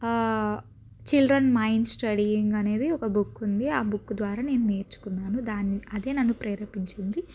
children mind studying అనేది ఒక book ఉంది ఆ బుక్ ద్వారా నేను నేర్చుకున్నాను దాని అదే నన్ను ప్రేరేపించింది